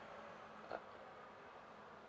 ah